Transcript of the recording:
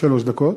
שלוש דקות.